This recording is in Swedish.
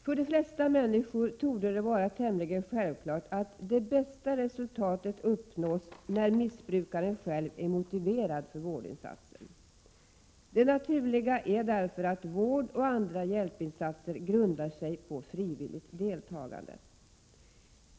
För de flesta människor torde det vara tämligen självklart att det bästa resultatet uppnås när missbrukaren själv är motiverad för vårdinsatsen. Det naturliga är därför att vård och andra hjälpinsatser grundar sig på frivilligt deltagande.